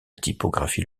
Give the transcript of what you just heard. typographie